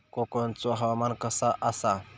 कोकनचो हवामान कसा आसा?